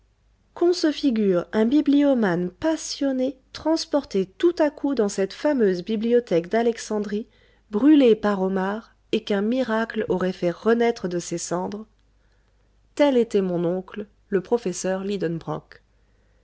qu'on se figure un bibliomane passionné transporté tout à coup dans cette fameuse bibliothèque d'alexandrie brûlée par omar et qu'un miracle aurait fait renaître de ses cendres tel était mon oncle le professeur